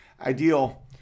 Ideal